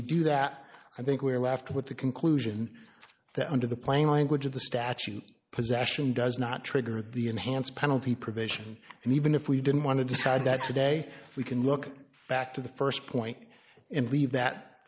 we do that i think we're left with the conclusion that under the plain language of the statute possession does not trigger the enhanced penalty provision and even if we didn't want to decide that today we can look back to the st point and leave that